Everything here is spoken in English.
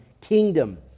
kingdom